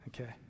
okay